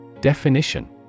Definition